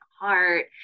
heart